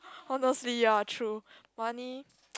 honestly ya true money